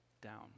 down